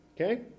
Okay